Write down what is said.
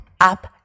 up